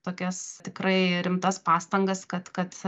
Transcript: tokias tikrai rimtas pastangas kad kad